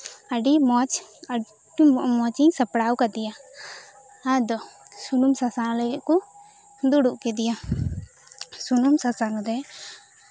ᱟᱹᱰᱤ ᱢᱚᱸᱡᱽ ᱟᱹᱰᱤ ᱢᱚᱸᱡᱤᱧ ᱥᱟᱯᱲᱟᱣ ᱠᱟᱫᱮᱭᱟ ᱟᱫᱚ ᱥᱩᱱᱩᱢ ᱥᱟᱥᱟᱝ ᱞᱟᱹᱜᱤᱫ ᱠᱚ ᱫᱩᱲᱩᱵ ᱠᱮᱫᱮᱭᱟ ᱥᱩᱱᱩᱢ ᱥᱟᱥᱟᱝ ᱨᱮ